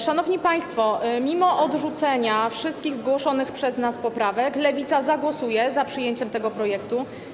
Szanowni państwo, mimo odrzucenia wszystkich zgłoszonych przez nas poprawek Lewica zagłosuje za przyjęciem tego projektu.